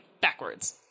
backwards